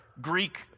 Greek